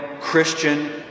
Christian